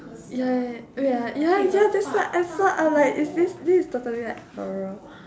ya ya ya ya ya ya that's why I saw I was like is this this is totally like horror